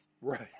Right